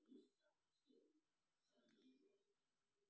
ಕೃಷಿ ಮಾರುಕಟ್ಟೆ ಯಲ್ಲಿ ಬೀಜಗಳನ್ನು ಹೇಗೆ ರಕ್ಷಣೆ ಮಾಡ್ತಾರೆ?